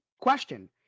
question